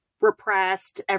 repressed